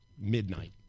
midnight